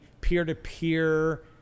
peer-to-peer